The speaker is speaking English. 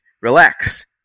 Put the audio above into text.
relax